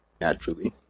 naturally